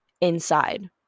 inside